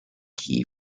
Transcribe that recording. key